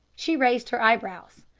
she raised her eyebrows.